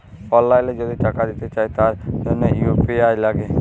অললাইল যদি টাকা দিতে চায় তার জনহ ইউ.পি.আই লাগে